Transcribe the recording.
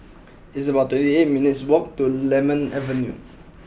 it's about twenty eight minutes' walk to Lemon Avenue